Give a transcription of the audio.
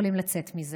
יכולים לצאת מזה.